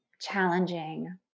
challenging